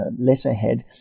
letterhead